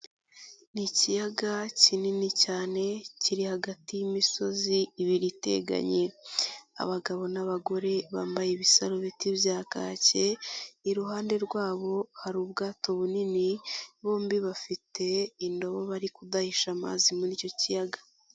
Ni ikiyaga kinini cyane kiri hagati y'imisozi ibiri iteganye. Abagabo n'abagore bambaye ibisaro biti bya kake, iruhande rwabo, hari ubwato bunini bombi bafite indobo bari kudahisha amazi muri icyo kiyaga.